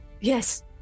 Yes